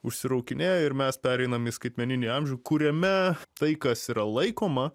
užsiraukinėja ir mes pereinam į skaitmeninį amžių kuriame tai kas yra laikoma